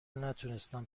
نتونستم